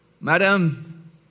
Madam